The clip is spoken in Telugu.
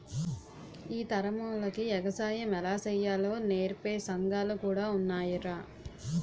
ఈ తరమోల్లకి ఎగసాయం ఎలా సెయ్యాలో నేర్పే సంగాలు కూడా ఉన్నాయ్రా